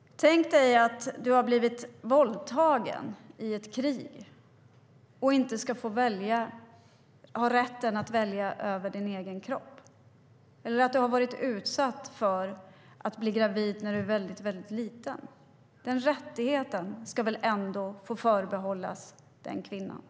Tänk dig att du har blivit våldtagen i ett krig eller att du har blivit gravid när du var liten och inte har rätten att bestämma över din egen kropp. Den rätten ska väl ändå få förbehållas den kvinnan?